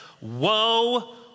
Woe